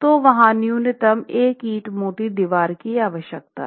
तो वहां वहां न्यूनतम एक ईंट मोटी दीवार की आवश्यकता है